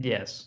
Yes